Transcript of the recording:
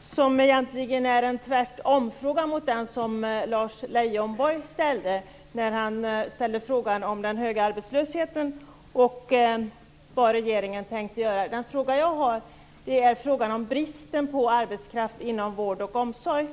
som egentligen är en tvärtomfråga till den som Lars Leijonborg ställde när han frågade om den höga arbetslösheten och vad regeringen tänkte göra. Min fråga gäller bristen på ar betskraft inom vård och omsorg.